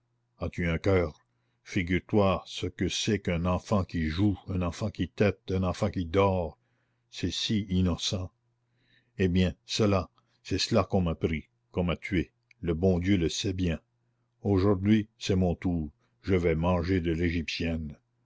as-tu un coeur figure-toi ce que c'est qu'un enfant qui joue un enfant qui tette un enfant qui dort c'est si innocent eh bien cela c'est cela qu'on m'a pris qu'on m'a tué le bon dieu le sait bien aujourd'hui c'est mon tour je vais manger de l'égyptienne